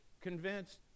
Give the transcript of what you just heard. convinced